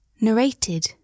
Narrated